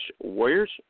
Warriors